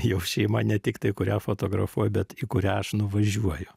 jau šeima ne tik tai kurią fotografuoju bet į kurią aš nuvažiuoju